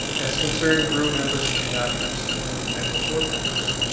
as concern grew, members at the adopters group met with board members.